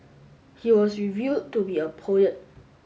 he was revealed to be a poet